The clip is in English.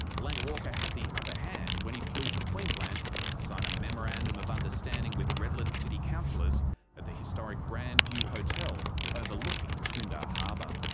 lang walker had the upper hand when he flew to queensland to sign a memorandum of understanding with redlands city councillors at the historic grand view hotel overlooking toondah harbour.